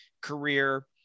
career